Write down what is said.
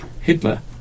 Hitler